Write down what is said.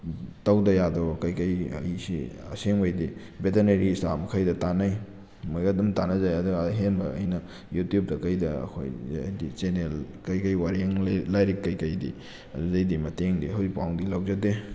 ꯇꯧꯗ ꯌꯥꯗꯕ ꯀꯔꯤ ꯀꯔꯤ ꯑꯁꯦꯡꯕꯩꯗꯤ ꯕꯦꯇꯅꯔꯤ ꯏꯁꯇꯥꯐ ꯃꯈꯩꯗ ꯇꯥꯟꯅꯩ ꯃꯣꯏꯒ ꯑꯗꯨꯝ ꯇꯥꯟꯅꯖꯩ ꯑꯗꯨꯒ ꯑꯍꯦꯟꯕ ꯑꯩꯅ ꯌꯨꯇ꯭ꯌꯨꯞꯇ ꯀꯩꯗ ꯑꯩꯈꯣꯏꯒꯤ ꯍꯥꯏꯗꯤ ꯆꯦꯅꯦꯜ ꯀꯔꯤ ꯀꯔꯤ ꯋꯥꯔꯦꯡ ꯂꯥꯏꯔꯤꯛ ꯀꯔꯤ ꯀꯔꯤꯗꯤ ꯑꯗꯨꯗꯩꯗꯤ ꯃꯇꯦꯡꯗꯤ ꯍꯧꯖꯤꯛ ꯐꯥꯎꯗꯤ ꯂꯧꯖꯗꯦ